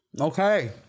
Okay